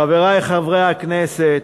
חברי חברי הכנסת,